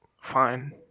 fine